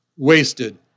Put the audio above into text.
Wasted